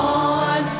on